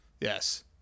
yes